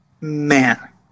man